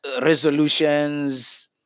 resolutions